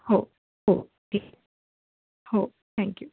हो हो ठीक हो थँक्यू